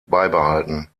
beibehalten